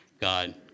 God